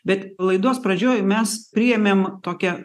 bet laidos pradžioj mes priėmėm tokią